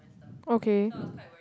okay